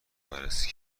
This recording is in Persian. بررسی